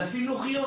לשים לוחיות.